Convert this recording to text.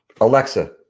Alexa